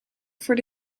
voor